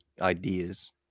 ideas